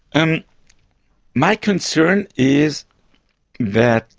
and my concern is that